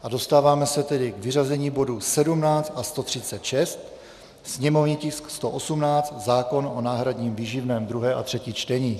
A dostáváme se k vyřazení bodů 17 a 136, sněmovní tisk 118, zákon o náhradním výživném, druhé a třetí čtení.